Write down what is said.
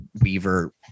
Weaver